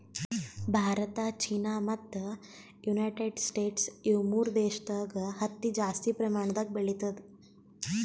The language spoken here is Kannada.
ಭಾರತ ಚೀನಾ ಮತ್ತ್ ಯುನೈಟೆಡ್ ಸ್ಟೇಟ್ಸ್ ಇವ್ ಮೂರ್ ದೇಶದಾಗ್ ಹತ್ತಿ ಜಾಸ್ತಿ ಪ್ರಮಾಣದಾಗ್ ಬೆಳಿತದ್